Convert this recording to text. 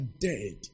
dead